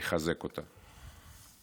ולחזק אותה.